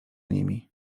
nimi